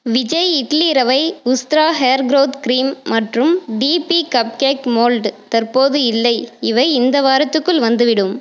விஜய் இட்லி ரவை Ustraa hair growth cream மற்றும் DP cupcake mould தற்போது இல்லை இவை இந்த வாரத்துக்குள் வந்துவிடும்